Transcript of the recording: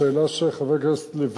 השאלה של חבר הכנסת לוין,